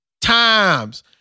times